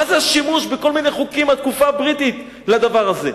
מה זה השימוש בכל מיני חוקים מהתקופה הבריטית לדבר הזה?